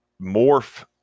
morph